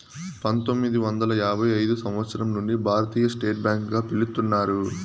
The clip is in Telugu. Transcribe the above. పంతొమ్మిది వందల యాభై ఐదు సంవచ్చరం నుండి భారతీయ స్టేట్ బ్యాంక్ గా పిలుత్తున్నారు